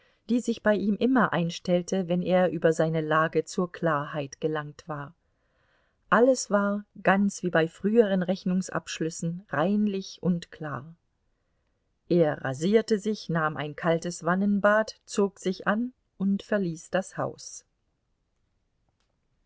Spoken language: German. die sich bei ihm immer einstellte wenn er über seine lage zur klarheit gelangt war alles war ganz wie bei früheren rechnungsabschlüssen reinlich und klar er rasierte sich nahm ein kaltes wannenbad zog sich an und verließ das haus